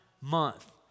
month